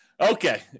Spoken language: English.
okay